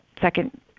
second